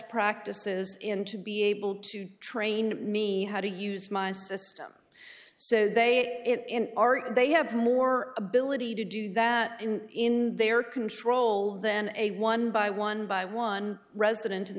practices in to be able to train me how to use my system so they are they have more ability to do that in their control than a one by one by one resident in the